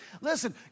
Listen